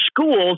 schools